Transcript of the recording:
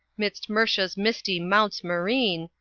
midst murcia's misty mounts marine,